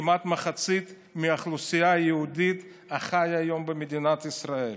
כמעט מחצית מהאוכלוסייה היהודית החיה היום במדינת ישראל.